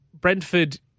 Brentford –